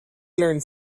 learned